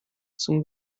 zum